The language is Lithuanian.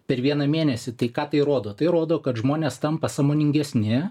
per vieną mėnesį tai ką tai rodo tai rodo kad žmonės tampa sąmoningesni